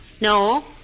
No